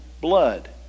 blood